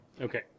Okay